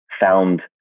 found